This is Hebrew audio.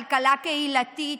כלכלה קהילתית.